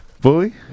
bully